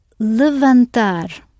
levantar